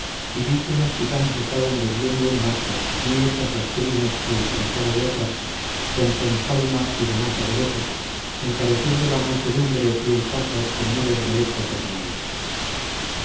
y vi que unos gitanos estaban vendiendo un macho muy hechas las crines y el trenzado de atrás con su enjalma y demás aderezos encareciendo la mansedumbre y el paso con mil embelecos de palabras